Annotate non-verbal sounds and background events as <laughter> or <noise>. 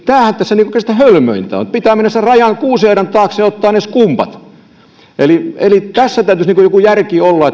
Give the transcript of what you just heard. tämähän tässä oikeastaan hölmöintä on että pitää mennä sen rajan kuusiaidan taakse ottamaan ne skumpat eli eli tässä täytyisi joku järki olla <unintelligible>